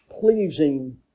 pleasing